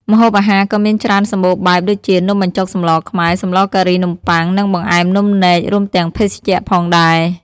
ម្ហូបអាហារក៏មានច្រើនសម្បូរបែប ដូចជា នំបញ្ចុកសម្លខ្មែរ សម្លការីនំបុ័ង និងបង្អែមនំនែក រួមទាំងភេសជ្ជៈផងដែរ។